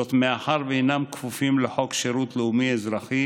מאחר שאינם כפופים לחוק שירות לאומי-אזרחי